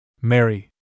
Mary